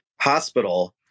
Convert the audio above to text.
hospital